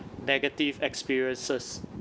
negative experiences